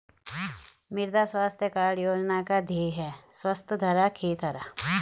मृदा स्वास्थ्य कार्ड योजना का ध्येय है स्वस्थ धरा, खेत हरा